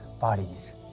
bodies